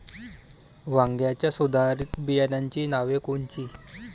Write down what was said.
वांग्याच्या सुधारित बियाणांची नावे कोनची?